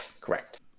Correct